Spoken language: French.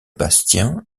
bastien